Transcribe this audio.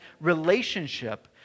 relationship